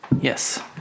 Yes